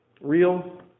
real